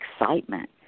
excitement